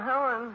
Helen